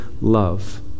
love